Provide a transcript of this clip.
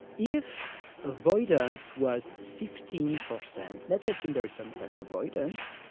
if avoidance was fifteen percent. let's assume there is some tax avoidance.